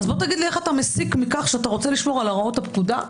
איך אתה מסיק מכך שאתה רוצה לשמור על הוראות הפקודה,